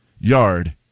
yard